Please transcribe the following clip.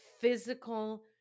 physical